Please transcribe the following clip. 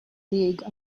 league